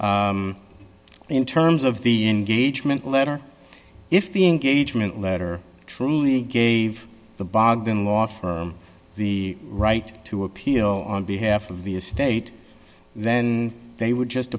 in terms of the engagement letter if the engagement letter truly gave the bogen law for the right to appeal on behalf of the estate then they would just